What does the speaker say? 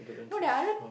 no there are other